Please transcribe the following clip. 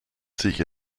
sich